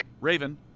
Raven